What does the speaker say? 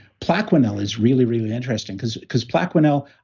plaquenil is really, really interesting because because plaquenil,